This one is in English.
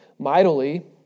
Mightily